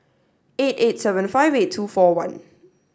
eight eight seven five eight two four one